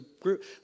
group